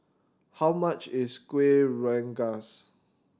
how much is Kueh Rengas